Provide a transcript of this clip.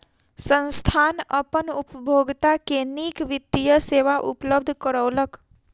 संस्थान अपन उपभोगता के नीक वित्तीय सेवा उपलब्ध करौलक